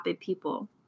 people